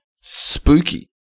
Spooky